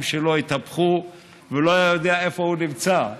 שלו התהפכו והוא לא ידע איפה הוא נמצא.